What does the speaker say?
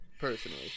personally